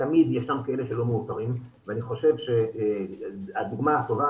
תמיד ישנם כאלה שלא מאותרים ואני חושב שהדוגמא הטובה